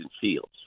Fields